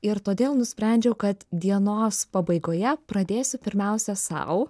ir todėl nusprendžiau kad dienos pabaigoje pradėsiu pirmiausia sau